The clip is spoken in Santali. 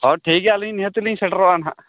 ᱦᱮᱸ ᱴᱷᱤᱠᱜᱮᱭᱟ ᱟᱹᱞᱤᱧ ᱱᱤᱭᱟᱹᱛᱮᱞᱤᱧ ᱥᱮᱴᱮᱨᱚᱜᱼᱟ ᱱᱟᱦᱟᱜ